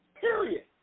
period